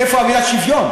איפה המילה שוויון?